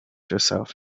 yourself